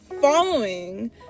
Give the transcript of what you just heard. following